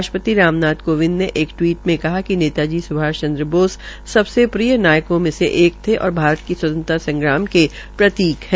राष्ट्रपति राम नाथ कोविंद ने एक टिवीट में कहा कि नेता जी स्भाष चन्द्र बोस सबसे प्रिय नायकों में से एक थे और भारत की स्वतंत्रता संग्राम के प्रतीक है